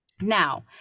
Now